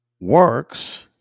works